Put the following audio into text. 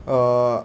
err